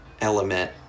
element